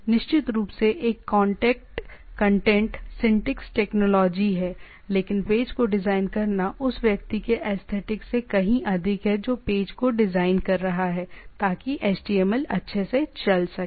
निश्चित रूप से एक कांटेक्ट कंटेंट सिंटेक्स टेक्नोलॉजी है लेकिन पेज को डिजाइन करना उस व्यक्ति के एसथेटिक से कहीं अधिक है जो पेज को डिजाइन कर रहा है ताकि HTML अच्छे से चल सके